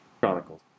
Chronicles